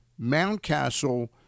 Moundcastle